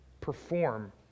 perform